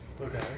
Okay